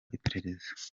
iperereza